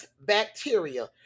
Bacteria